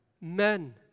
men